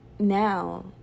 now